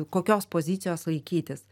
kokios pozicijos laikytis